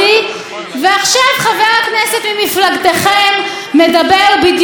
וחברת הכנסת מיכל רוזין אומרת: הפסיקה של